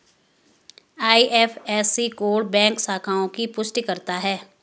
IFSC code bank शाखाओं की पुष्टि करता है